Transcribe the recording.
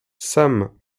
sam